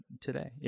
today